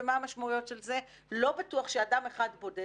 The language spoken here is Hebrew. ומה המשמעויות של זה - לא בטוח שאדם אחד בודד,